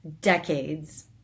decades